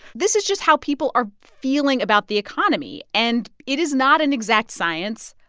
this is just how people are feeling about the economy. and it is not an exact science,